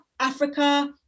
Africa